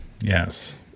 yes